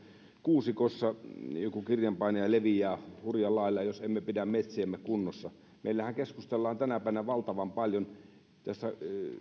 kuusikossa joku kirjanpainaja leviää hurjalla lailla jos emme pidä metsiämme kunnossa meillähän keskustellaan tänä päivänä valtavan paljon